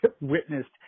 witnessed